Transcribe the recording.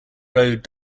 road